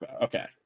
Okay